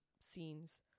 scenes